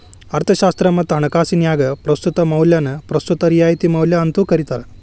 ಅರ್ಥಶಾಸ್ತ್ರ ಮತ್ತ ಹಣಕಾಸಿನ್ಯಾಗ ಪ್ರಸ್ತುತ ಮೌಲ್ಯನ ಪ್ರಸ್ತುತ ರಿಯಾಯಿತಿ ಮೌಲ್ಯ ಅಂತೂ ಕರಿತಾರ